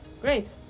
Great